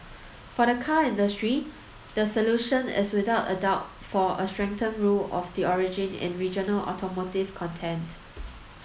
for the car industry the solution is without a doubt for a strengthened rule of the origin in regional automotive content